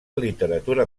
literatura